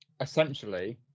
Essentially